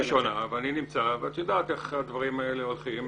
פעם ראשונה ואת יודעת איך הדברים האלה הולכים.